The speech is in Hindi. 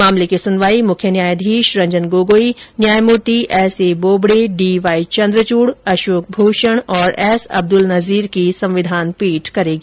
मामले की सुनवाई मुख्य न्यायाधीश रंजन गोगोई न्यायमूर्ति S A Bobde D Y Chandrachud Ashok Bhushan और एस अब्दुल नजीर की संविधान पीठ करेगी